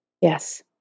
Yes